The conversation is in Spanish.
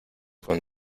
con